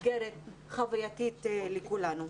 מאתגרת וחווייתית לכולנו.